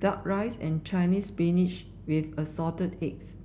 duck rice and Chinese Spinach with Assorted Eggs